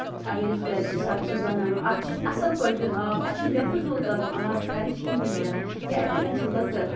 اَگر أسۍ گرِ چھِ سَبزی بَناوان اَتھ چھِ أسۍ اَصٕل پٲٹھۍ دیُن آب اَسہِ چھُنہٕ بے فٔضوٗل کَرُن آب خَرٕچ کِہیٖنٛۍ تہِ نہٕ یا یِتھٕے کَنۍ چھُ لٔکٕر